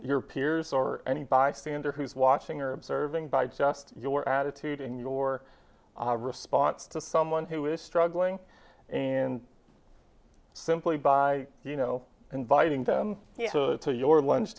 your peers or any bystander who's watching or observing by just your attitude and your response to someone who is struggling in simply by you know inviting them to your lunch